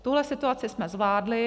Tuhle situaci jsme zvládli.